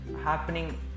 happening